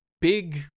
big